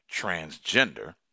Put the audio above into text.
Transgender